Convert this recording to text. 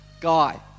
guy